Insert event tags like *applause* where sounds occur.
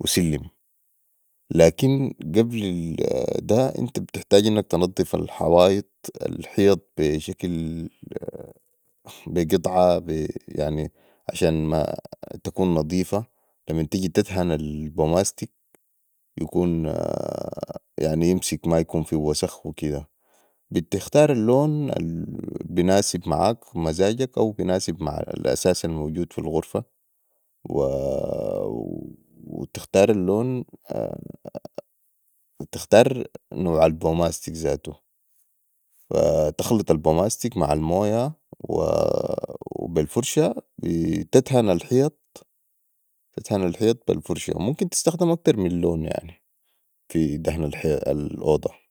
وسلم لكن قبل ده أنت بتحتاج تنضف الحوائط الحيط بي شكل بي قطعة عشان تكون نضيفة لمن تجي تدهن البوماستك يعني يمسك مايكون فيهو وسخ اوكده بتختار الون المناسب معاك مزاجك او المناسب مع الاثاث الموجود في الغرفه وتختار الون *hesitation* وتختار نوع البوماستك زاتو وتخلط البوماستك مع المويه وبي الفراشه وتدهن الحيط بي الفرشه وممكن تستخدم اكتر من لون في دهن الاوضه